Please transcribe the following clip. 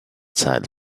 child